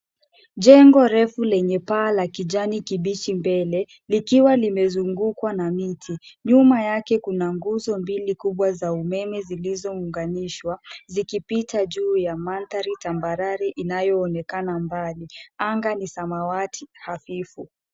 Jengo refu lenye paa la kijani kibichi mbele, likiwa limezungukwa na miti .Nyuma yake kuna nguzo mbili kubwa, za umeme zilizounganishwa, zikipita juu ya mandhari tambarare inayo onekana mbali. Anga ni samawati hafifu.